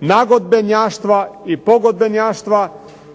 nagodbenjaštva i pogodbenjaštva